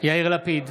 יאיר לפיד,